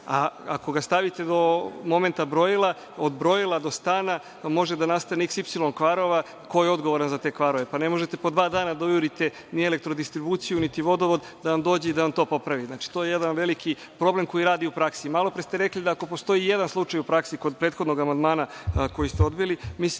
a ako ga stavite do momenta brojila od brojila do stana, može da nastane „h“, „u“ kvarova ko je odgovoran za te kvarove. Pa ne možete po dva dana da jurite ni elektrodistribuciju ni vodovod da vam dođe i da vam to popravi. To je jedan veliki problem koji radi u praksi. Malopre ste rekli da ako postoji i jedan slučaj u praksi, kod prethodnog amandmana koji ste odbili,